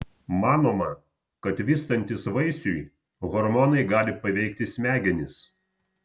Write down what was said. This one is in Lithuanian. manoma kad vystantis vaisiui hormonai gali paveikti smegenis